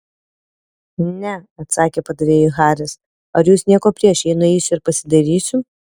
ne atsakė padavėjui haris ar jūs nieko prieš jei nueisiu ir pasidairysiu